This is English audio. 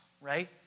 right